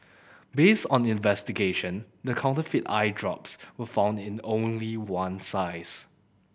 based on investigation the counterfeit eye drops were found in only one size